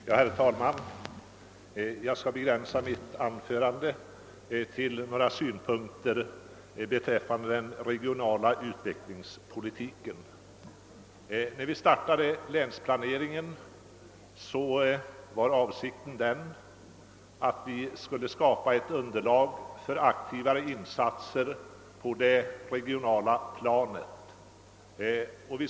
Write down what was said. Herr talman! Jag skall begränsa mitt anförande till några synpunkter på den regionala utvecklingspolitiken. När vi startade länsplaneringen var avsikten att skapa ett underlag för aktivare insatser på det regionala planet.